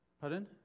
Pardon